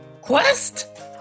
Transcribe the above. Quest